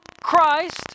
Christ